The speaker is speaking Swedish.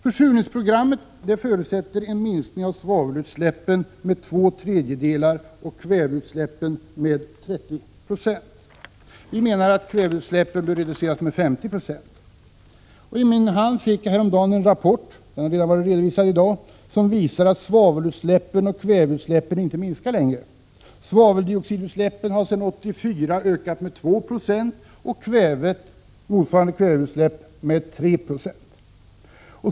Försurningsprogrammet förutsätter en minskning av svavelutsläppen med två tredjedelar och kväveutsläppen med 30 96. Vi menar att kvävedioxidutsläppen bör reduceras med 50 26. I min hand fick jag häromdagen en rapport, som har redovisats i dag, som visar att svavelutsläppen och kväveutsläppen inte längre minskar. Svaveldioxidutsläppen har sedan 1984 ökat med 2 20 och kväveutsläppen med 3 90.